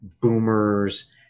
boomers